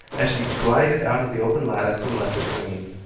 as she glided out of the open lattice and left it swinging.